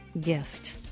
gift